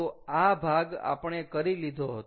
તો આ ભાગ આપણે કરી લીધો હતો